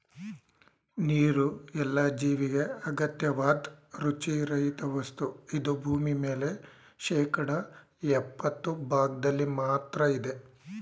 ನೀರುಎಲ್ಲ ಜೀವಿಗೆ ಅಗತ್ಯವಾದ್ ರುಚಿ ರಹಿತವಸ್ತು ಇದು ಭೂಮಿಮೇಲೆ ಶೇಕಡಾ ಯಪ್ಪತ್ತು ಭಾಗ್ದಲ್ಲಿ ಮಾತ್ರ ಇದೆ